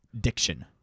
diction